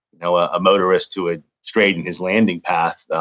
you know ah a motorist who had strayed in his landing path.